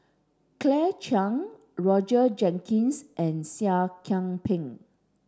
Claire Chiang Roger Jenkins and Seah Kian Peng